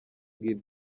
guinée